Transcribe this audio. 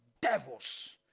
devils